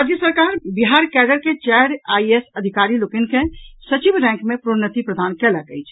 राज्य सरकार बिहार कैडर के चारि आईएएस अधिकारी लोकनि के सचिव रैंक मे प्रोन्नति प्रदान कयलक अछि